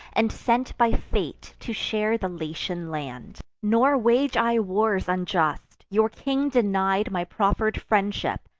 and sent by fate to share the latian land. nor wage i wars unjust your king denied my proffer'd friendship,